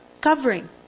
covering